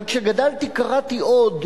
אבל כשגדלתי קראתי עוד,